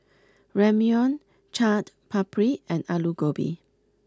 Ramyeon Chaat Papri and Alu Gobi